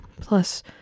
Plus